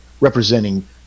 representing